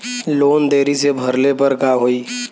Loan देरी से भरले पर का होई?